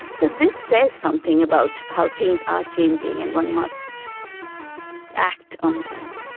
so this says something about how things are changing and one must act on that.